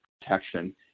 protection